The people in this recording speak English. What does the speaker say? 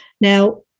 Now